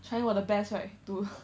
trying 我的 the best right to